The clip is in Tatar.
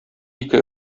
ике